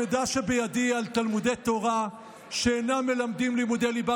המידע שבידי על תלמודי תורה שאינם מלמדים לימודי ליבה